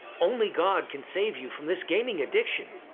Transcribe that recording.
only god can save you from this gaming addiction!